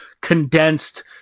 condensed –